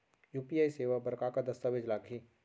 UPI सेवा बर का का दस्तावेज लागही?